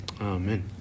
Amen